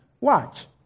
watch